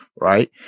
right